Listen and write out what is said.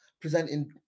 presenting